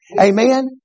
Amen